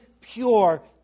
pure